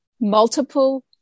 multiple